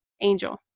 Angel